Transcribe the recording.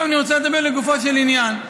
עכשיו אני רוצה לדבר לגופו של עניין.